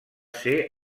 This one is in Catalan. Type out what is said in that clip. ser